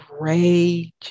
rage